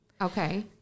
Okay